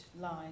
line